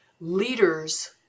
leaders